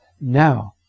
Now